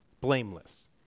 blameless